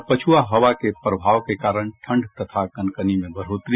और पछुआ हवा के प्रभाव के कारण ठंड तथा कनकनी में बढोतरी